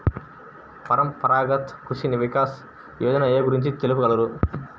పరంపరాగత్ కృషి వికాస్ యోజన ఏ గురించి తెలుపగలరు?